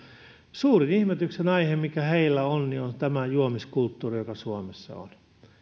suurin ihmetyksen aihe mikä heillä on on tämä juomiskulttuuri joka suomessa on